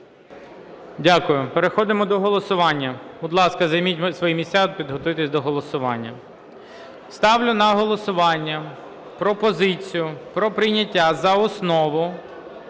Дякую. Переходимо до голосування, будь ласка, займіть свої місця і підготуйтесь до голосування. Ставлю на голосування пропозицію про прийняття за основу